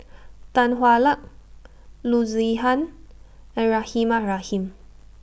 Tan Hwa Luck Loo Zihan and Rahimah Rahim